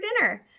dinner